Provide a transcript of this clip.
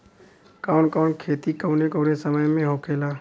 कवन कवन खेती कउने कउने मौसम में होखेला?